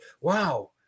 Wow